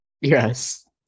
Yes